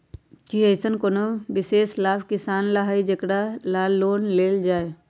कि अईसन कोनो विशेष लाभ किसान ला हई जेकरा ला लोन लेल जाए?